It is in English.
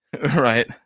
Right